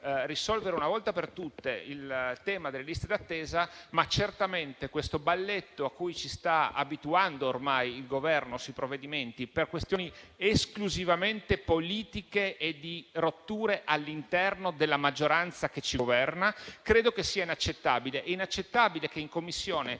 risolvere una volta per tutte il tema delle liste d'attesa. Certamente però questo balletto sui provvedimenti, a cui ci sta ormai abituando il Governo per questioni esclusivamente politiche e di rotture all'interno della maggioranza che ci governa, credo che sia inaccettabile. È inaccettabile che in Commissione